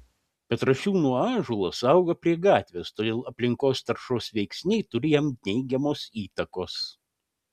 petrašiūnų ąžuolas auga prie gatvės todėl aplinkos taršos veiksniai turi jam neigiamos įtakos